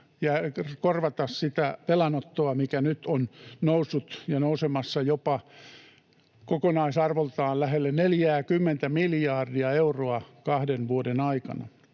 ja korvata sitä velanottoa, mikä nyt on noussut ja nousemassa jopa kokonaisarvoltaan lähelle 40 miljardia euroa kahden vuoden aikana.